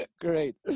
great